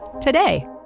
today